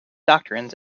doctrines